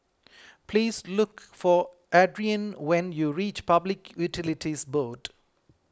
please look for Adriane when you reach Public Utilities Board